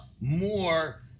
more